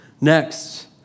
Next